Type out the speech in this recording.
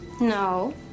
No